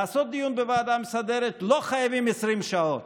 לעשות דיון בוועדה המסדרת, לא חייבים 20 שעות,